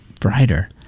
brighter